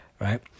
right